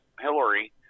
Hillary